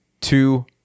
two